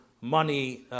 money